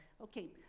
Okay